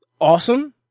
awesome